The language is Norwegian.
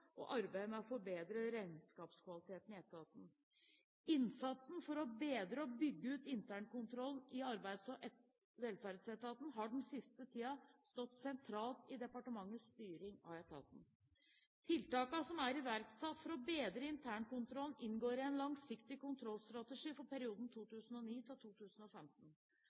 og arbeidet med å forbedre regnskapskvaliteten i etaten. Innsatsen for å bedre og bygge ut internkontrollen i Arbeids- og velferdsetaten har den siste tiden stått sentralt i departementets styring av etaten. Tiltakene som er iverksatt for å bedre internkontrollen, inngår i en langsiktig kontrollstrategi for perioden